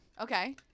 Okay